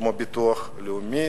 לביטוח לאומי.